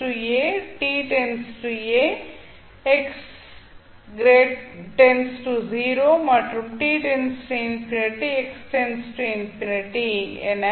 T → a t → a x → 0 மற்றும் t →∞ x →∞ என